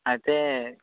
అయితే